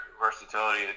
versatility